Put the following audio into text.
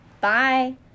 Bye